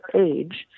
age